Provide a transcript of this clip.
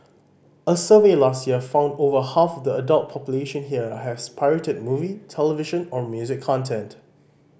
a survey last year found over half of the adult population here has pirated movie television or music content